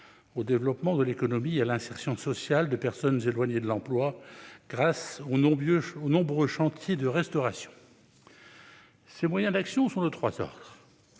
au développement de l'économie et à l'insertion sociale de personnes éloignées de l'emploi, grâce aux nombreux chantiers de restauration. Ses moyens d'action sont de trois ordres